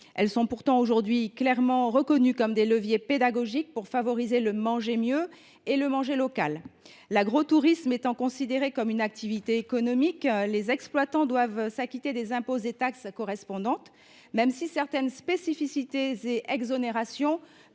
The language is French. sont pourtant clairement reconnues comme des leviers pédagogiques pour favoriser le « manger mieux » et le « manger local ». L’agrotourisme étant considéré comme une activité économique, les exploitants doivent s’acquitter des impôts et des taxes correspondants, même si certaines spécificités et exonérations